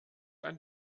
ein